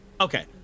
okay